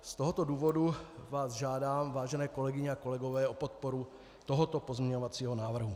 Z tohoto důvodu vás žádám, vážené kolegyně a kolegové, o podporu tohoto pozměňovacího návrhu.